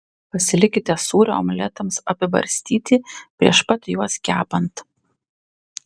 pasilikite sūrio omletams apibarstyti prieš pat juos kepant